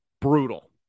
brutal